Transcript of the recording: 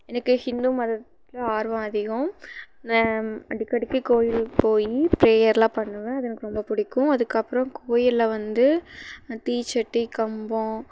எனக்கு ஹிந்து மதத்தில் ஆர்வம் அதிகம் அடிக்கடிக்கு கோயிலுக்கு போய் ப்ரேயரெலாம் பண்ணுவேன் அது எனக்கு ரொம்ப பிடிக்கும் அதுக்கப்புறோம் கோயிலில் வந்து தீ சட்டி கம்பம்